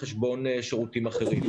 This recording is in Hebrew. ב-24 השעות האחרונות קיבלנו 16 חולים חדשים.